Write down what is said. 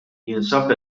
jinsab